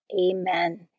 Amen